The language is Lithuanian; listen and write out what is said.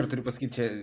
ir turiu pasakyt čia